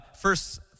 first